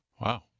Wow